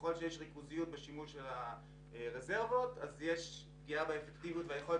ככל שיש ריכוזיות בשימוש ברזרבות אזי ישנה פגיעה ביכולת